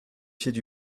pieds